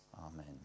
Amen